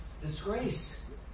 disgrace